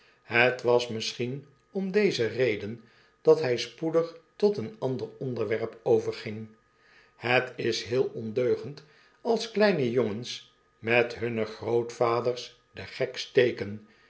het was misschien oni deze reden dat hij spoedig tot een ander onderwerp overging het is heel ondeugend als kleine jongens met hunne grootvaders den gek steken